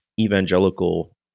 evangelical